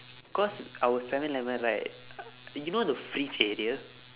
cause our seven eleven right you know the fridge area